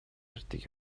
ярьдаг